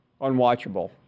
unwatchable